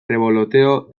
revoloteo